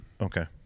okay